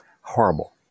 Horrible